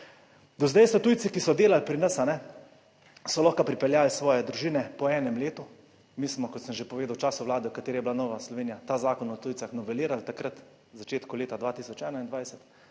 Do zdaj so tujci, ki so delali pri nas, a ne, so lahko pripeljali svoje družine po enem letu, mi smo, kot sem že povedal, v času Vlade, v kateri je bila Nova Slovenija, ta Zakon o tujcih novelirali takrat v začetku 2021,